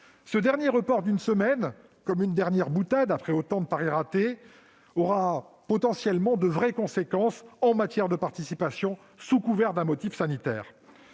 Ce dernier report d'une semaine, comme une dernière boutade après tant de paris ratés, aura potentiellement de vraies conséquences en matière de participation, sous couvert d'un motif sanitaire.